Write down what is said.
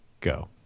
go